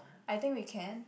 I think we can